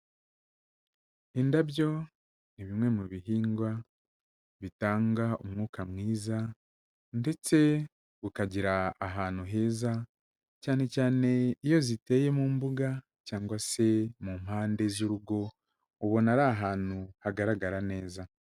Indabyo ni bimwe mu bihingwa bitanga umwuka mwiza ndetse ukagera ahantu heza, cyane cyane iyo ziteye mu mbuga cyangwa se mu mpande z'urugo, ubona ari ahantu hagaragara neza.